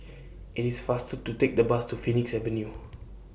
IT IS faster to Take The Bus to Phoenix Avenue